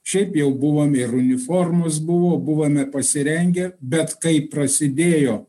šiaip jau buvom ir uniformos buvo buvome pasirengę bet kai prasidėjo